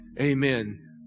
Amen